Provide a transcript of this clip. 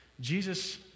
Jesus